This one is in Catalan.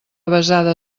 avesada